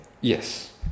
Yes